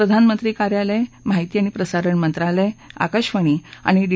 प्रधानमंत्री कार्यालय माहिती आणि प्रसारण मंत्रालय आकाशवाणी आणि डी